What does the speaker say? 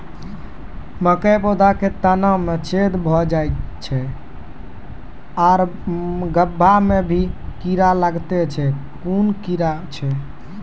मकयक पौधा के तना मे छेद भो जायत छै आर गभ्भा मे भी कीड़ा लागतै छै कून कीड़ा छियै?